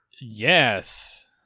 Yes